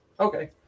Okay